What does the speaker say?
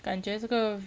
感觉这个